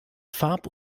farb